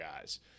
guys